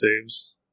saves